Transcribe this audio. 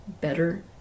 better